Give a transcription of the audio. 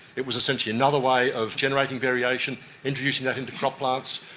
it was essentially another way of generating variation, introducing that into crop plants.